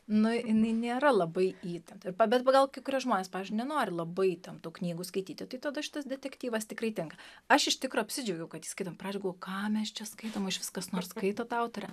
nu jinai nėra labai įtempta bet pagal kai kuriuos žmonės pavyzdžiui nenori labai įtemptų knygų skaityti tada šitas detektyvas tikrai tinka aš iš tikro apsidžiaugiau kad ją skaitom pradžioj galvoju ką mes čia skaitom ar išvis kas nors skaito tą autorę